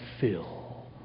fill